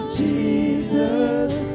jesus